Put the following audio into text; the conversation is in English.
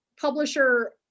publisher